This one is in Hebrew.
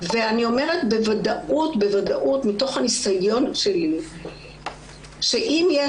ואני אומרת בוודאות מתוך הניסיון שלי, שאם יש